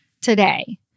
today